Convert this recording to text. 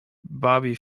bobby